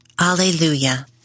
Alleluia